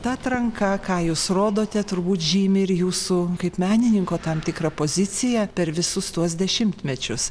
ta atranka ką jūs rodote turbūt žymi ir jūsų kaip menininko tam tikrą poziciją per visus tuos dešimtmečius